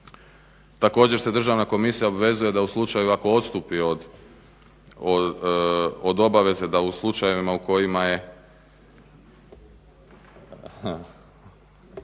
Također se Državna komisija obvezuje da u slučaju da odstupi od obaveze da u slučajevima u kojima je